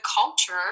culture